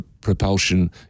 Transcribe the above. propulsion